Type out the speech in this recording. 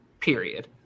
Period